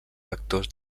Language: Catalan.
vectors